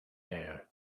air